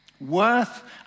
worth